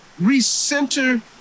recenter